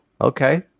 okay